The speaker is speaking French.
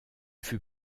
fut